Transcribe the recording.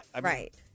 Right